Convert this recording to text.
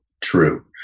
true